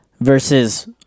versus